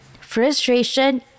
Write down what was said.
frustration